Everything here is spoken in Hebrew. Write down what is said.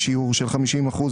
אשמח שדימא,